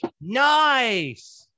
Nice